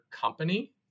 company